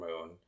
Moon